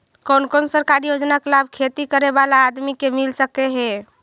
कोन कोन सरकारी योजना के लाभ खेती करे बाला आदमी के मिल सके हे?